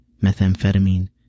methamphetamine